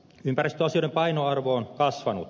ympäristöasioiden painoarvo on kasvanut